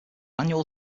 annual